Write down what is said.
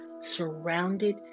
surrounded